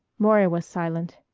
maury was silent.